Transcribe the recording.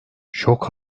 şok